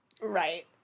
Right